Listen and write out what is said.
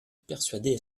persuadait